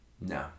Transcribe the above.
no